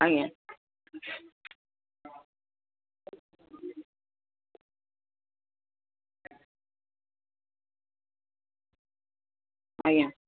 ଆଜ୍ଞା ଆଜ୍ଞା